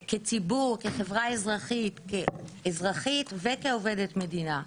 כציבור, כחברה אזרחית, כאזרחית וכעובדת מדינה,